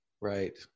Right